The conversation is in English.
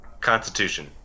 Constitution